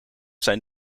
zijn